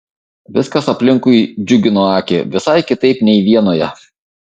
viskas aplinkui džiugino akį visai kitaip nei vienoje